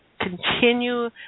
continue